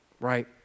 right